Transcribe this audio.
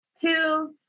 two